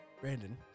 Brandon